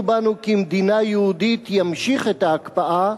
בנו כמדינה יהודית הוא ימשיך את ההקפאה,